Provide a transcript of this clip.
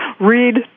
Read